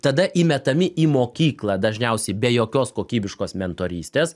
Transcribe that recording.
tada įmetami į mokyklą dažniausiai be jokios kokybiškos mentorystės